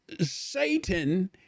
Satan